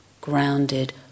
grounded